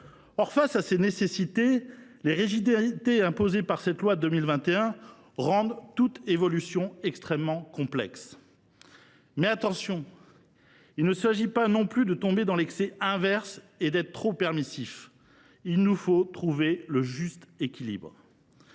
Or, face à ces nécessités, les rigidités imposées par la loi de 2021 rendent toute évolution extrêmement complexe. Il ne s’agit pas non plus de tomber dans l’excès inverse et d’être trop permissif : nous devons trouver le juste équilibre.